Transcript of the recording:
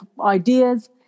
ideas